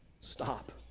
Stop